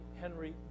Henry